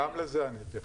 גם לזה אני אתייחס.